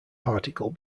particle